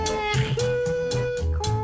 Mexico